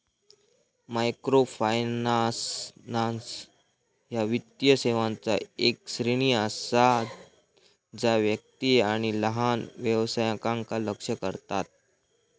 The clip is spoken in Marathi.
मायक्रोफायनान्स ह्या वित्तीय सेवांचा येक श्रेणी असा जा व्यक्ती आणि लहान व्यवसायांका लक्ष्य करता